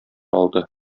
алды